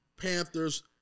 Panthers